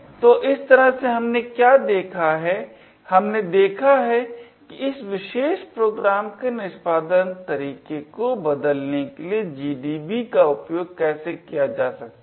तो इस तरह से हमने क्या देखा है हमने देखा है कि इस विशेष प्रोग्राम के निष्पादन तरीके को बदलने के लिए GDB का उपयोग कैसे किया जा सकता है